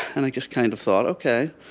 and i just kind of thought, ok,